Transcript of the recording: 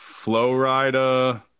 Flowrider